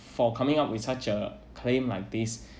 for coming up with such a claim like this